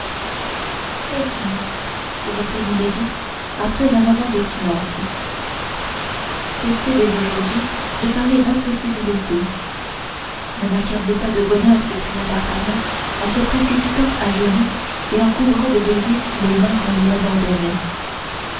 eh bien reprit milady après un moment de silence cessez dès aujourd'hui de parler d'impossibilités ne m'accablez pas de mon bonheur s'écria d'artagnan en se précipitant à genoux et en couvrant de baisers les mains qu'on lui abandonnait